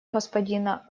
господина